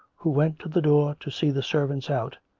who went to the door to see the servants out,